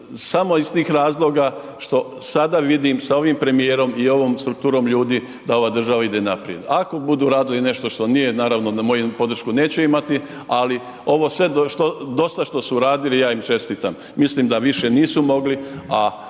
samo iz tih razloga što sada vidim sa ovim premijerom i ovom strukturom ljudi da ova država ide naprijed. Ako budu radili nešto što nije naravno onda moju podršku neće imati ovo sve do sad što su radili, ja im čestitam. Mislim da više nisu mogli a